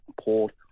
Port